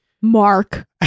Mark